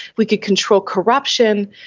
we can control corruption,